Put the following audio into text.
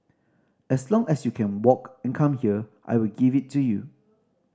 as long as you can walk and come here I will give it to you